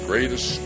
Greatest